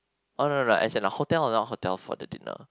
oh no right as in a hotel or not hotel for the dinner